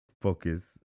focus